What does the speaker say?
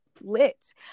lit